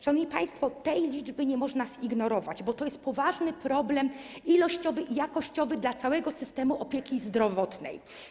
Szanowni państwo, tej liczby nie można zignorować, bo to jest poważny problem ilościowy i jakościowy dla całego systemu opieki zdrowotnej.